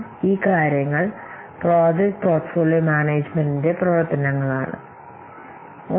അതിനാൽ ഈ project portfolio മാനേജുമെന്റിന്റെ ലക്ഷ്യങ്ങളിലൊന്നാണ് ഈ മുൻഗണന